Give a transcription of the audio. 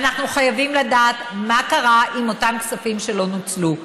ואנחנו חייבים לדעת מה קרה עם אותם כספים שלא נוצלו.